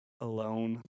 alone